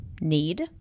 need